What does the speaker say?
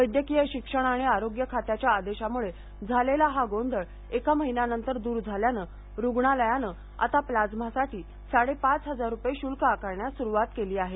वैद्यकीय शिक्षण आणि आरोग्य खात्याच्या आदेशामुळे झालेला हा गोंधळ एका महिन्यानंतर दूर झाल्याने रुग्णालयाने आता प्लाइमासाठी साडेपाच हजार रुपये शुल्क आकारण्यास सुरुवात केली आहे